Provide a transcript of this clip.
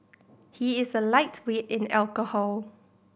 he is a lightweight in alcohol